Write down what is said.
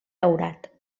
daurat